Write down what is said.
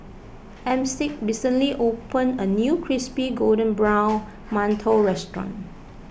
Armstead recently open a new Crispy Golden Brown Mantou restaurant